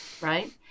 right